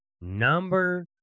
Number